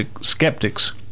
skeptics